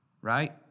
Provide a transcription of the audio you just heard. Right